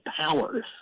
powers